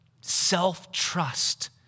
self-trust